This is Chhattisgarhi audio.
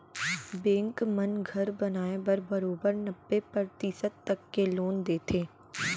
बेंक मन घर बनाए बर बरोबर नब्बे परतिसत तक के लोन देथे